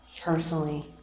personally